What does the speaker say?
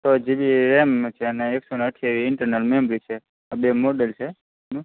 છે છ GB RAM છે અને એકસોને અઠ્યાવીસ ઇન્ટરનલ મેમરી છે આ બે મોડલ છે હા